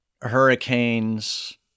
hurricanes